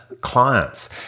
clients